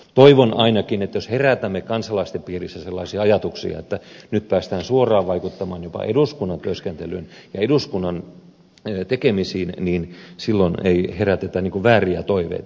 toivon ainakin että jos herätämme kansalaisten piirissä sellaisia ajatuksia että nyt päästään suoraan vaikuttamaan jopa eduskunnan työskentelyyn ja eduskunnan tekemisiin niin silloin ei herätetä vääriä toiveita